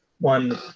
one